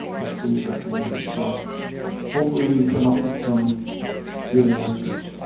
to police our community, so hopefully we can come up with some good answers